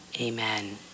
Amen